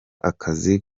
akazi